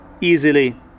easily